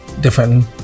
different